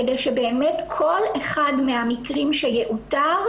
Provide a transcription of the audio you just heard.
כדי שבאמת כל אחד מהמקרים שיאותר,